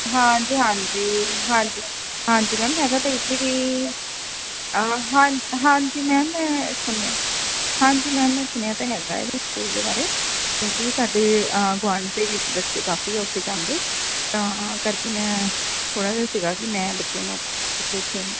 ਹਾਂਜੀ ਹਾਂਜੀ ਹਾਂਜੀ ਹਾਂਜੀ ਮੈਮ ਹੈਗਾ ਤਾਂ ਇੱਥੇ ਵੀ ਹਾਂ ਹਾਂਜੀ ਹਾਂਜੀ ਮੈਮ ਮੈਂ ਸੁਣਿਆ ਹਾਂਜੀ ਮੈਮ ਮੈਂ ਸੁਣਿਆ ਤਾਂ ਹੈਗਾ ਇਹਦੇ ਸਕੂਲ ਦੇ ਬਾਰੇ ਕਿਉਂਕਿ ਸਾਡੇ ਗੁਆਂਢ ਦੇ ਵਿੱਚ ਬੱਚੇ ਕਾਫੀ ਔਖੇ ਜਾਂਦੇ ਤਾਂ ਕਰਕੇ ਮੈਂ ਥੋੜ੍ਹਾ ਜਿਹਾ ਸੀਗਾ ਕਿ ਮੈਂ ਬੱਚੇ ਨੂੰ